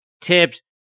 tips